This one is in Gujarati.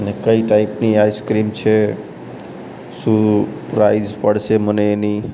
ને કઈ ટાઇપની આઇસ્ક્રીમ છે શું પ્રાઇસ પડશે મને એની